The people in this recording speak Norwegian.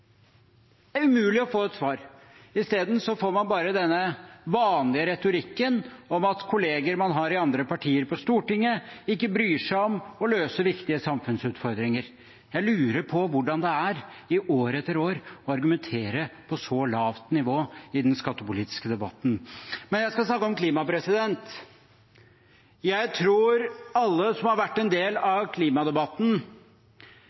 Det er umulig å få et svar. Isteden får man bare denne vanlige retorikken om at kolleger man har i andre partier på Stortinget, ikke bryr seg om å løse viktige samfunnsutfordringer. Jeg lurer på hvordan det er år etter år å argumentere på et så lavt nivå i den skattepolitiske debatten. Men jeg skal snakke om klima. Jeg tror alle som har vært en del